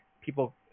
people